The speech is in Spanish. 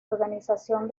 organización